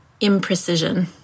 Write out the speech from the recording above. imprecision